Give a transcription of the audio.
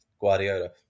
Guardiola